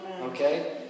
Okay